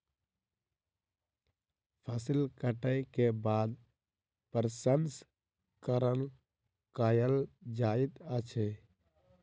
फसिल कटै के बाद प्रसंस्करण कयल जाइत अछि